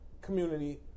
community